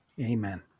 Amen